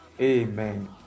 Amen